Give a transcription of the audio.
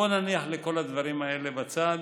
בוא נניח לכל הדברים האלה בצד